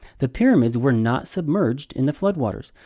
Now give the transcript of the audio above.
the pyramids were not submerged in the flood waters,